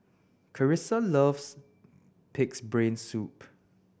Karissa loves Pig's Brain Soup